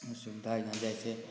सुविधाएँ हैं जैसे